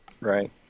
Right